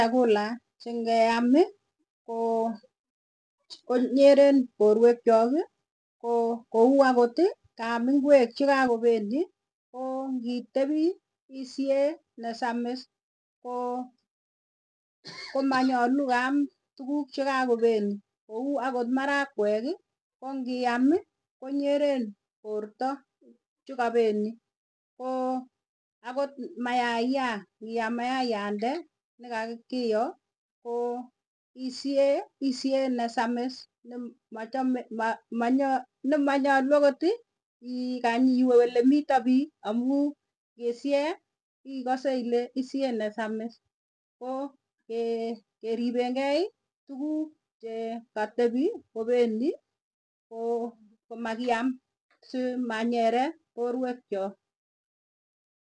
Chakula chengeami. koo konyeren borwek choki koo kouakoti kaam engwek che kakopeni. Koongitebi ishee ne samis, koo komanyalu keam tukuk che kakopeni, kouu akot marakwekii kongiam konyere porta chukapeni. Koo akot mayaya iam mayayande nekakiyo koo ishee ishee nesamis nem machame ma ma manya nemanyalu akot ikany iwe olemitei biik. Amuu ngishei ikase ile ishee ne samis, koo kokeribekei tuguk chekatebi kopeni koo komakiam simanyere borwek chook.